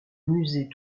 musée